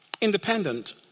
independent